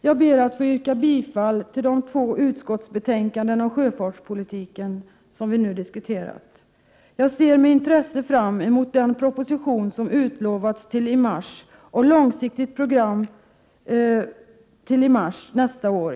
Jag ber att få yrka bifall till hemställan i de två utskottsbetänkanden om sjöfartspolitiken som vi nu diskuterar. Jag ser med intresse fram emot den proposition som utlovats till i mars nästa år.